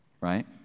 right